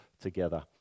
together